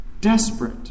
desperate